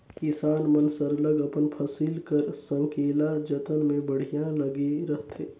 किसान मन सरलग अपन फसिल कर संकेला जतन में बड़िहा लगे रहथें